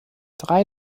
drei